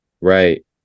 Right